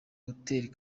hotel